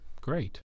great